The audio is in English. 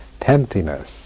Temptiness